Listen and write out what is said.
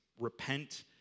repent